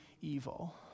evil